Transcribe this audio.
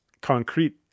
concrete